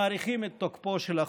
מאריכים את תוקפו של החוק.